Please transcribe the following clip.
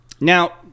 now